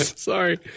Sorry